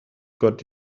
got